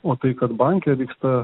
o tai kad banke vyksta